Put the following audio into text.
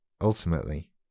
Ultimately